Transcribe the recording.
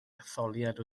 etholiad